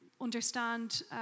understand